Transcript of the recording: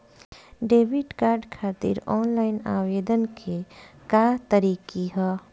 Debit card खातिर online आवेदन के का तरीकि ह?